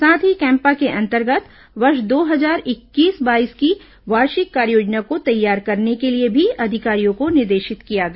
साथ ही कैम्पा के अंतर्गत वर्ष दो हजार इक्कीस बाईस की वार्षिक कार्ययोजना को तैयार करने के लिए भी अधिकारियों को निर्देशित किया गया